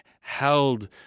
held